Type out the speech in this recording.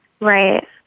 Right